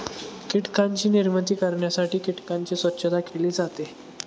कीटकांची निर्मिती करण्यासाठी कीटकांची स्वच्छता केली जाते